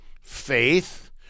faith